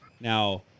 Now